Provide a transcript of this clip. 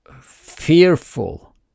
fearful